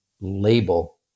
label